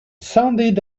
sounded